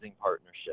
partnership